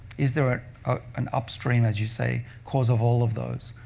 is there an upstream, as you say, cause of all of those?